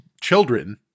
children